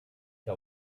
que